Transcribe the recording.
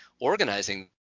organizing